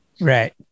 right